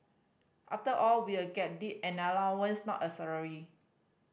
after all we'll get they an allowance not a salary